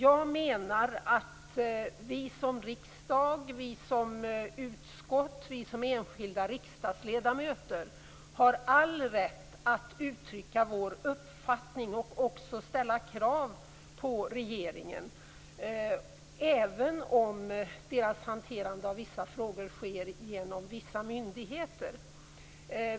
Jag menar att vi som riksdag, vi som utskott, vi som enskilda riksdagsledamöter har all rätt att uttrycka vår uppfattning och även ställa krav på regeringen, även om deras hanterande av en del frågor sker genom vissa myndigheter.